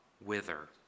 wither